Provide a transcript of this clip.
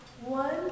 One